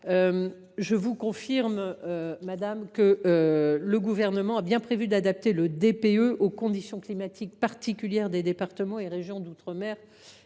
Je vous confirme, madame la sénatrice, que le Gouvernement a bien prévu d’adapter le DPE aux conditions climatiques particulières des départements et régions d’outre mer.